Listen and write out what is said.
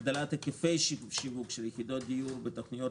הגדלת היקף שיווקי יחידות דיור בתוכניות